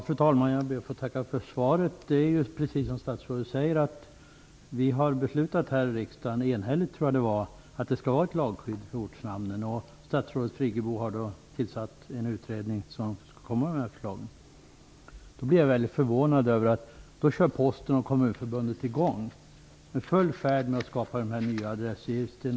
Fru talman! Jag ber att få tacka för svaret. Det är precis som statsrådet säger, att riksdagen enhälligt har beslutat att det skall finnas ett lagskydd för ortnamnen. Statsrådet Friggebo tillsatte en utredning som skall komma med förslag. Därför blev jag väldigt förvånad över att Posten och Kommunförbundet var i full färd med att skapa nya adressregister.